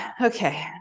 okay